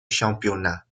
championnat